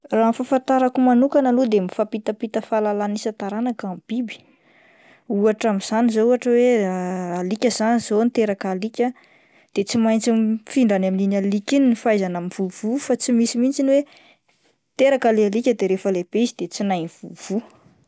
Raha ny fahafantarako manokana aloha de mifampitamita fahalalana isan-taranaka ny biby ohatra amin'izany zao ohatra hoe alika izany zao niteraka alika de tsy maintsy mifindra any amin'iny alika iny ny fahaizana mivovoa fa tsy misy mihintsy ny hoe teraka le alika de rehefa lehibe izy de tsy nahay nivovoa.